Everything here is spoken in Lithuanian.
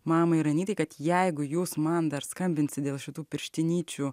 mamai ir anytai kad jeigu jūs man dar skambinsit dėl šitų pirštinyčių